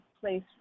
place